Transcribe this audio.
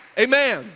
amen